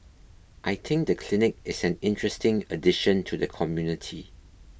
I think the clinic is an interesting addition to the community